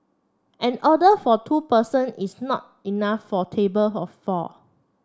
an order for two person is not enough for a table of four